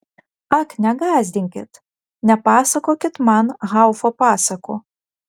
ak negąsdinkit nepasakokit man haufo pasakų